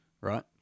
Right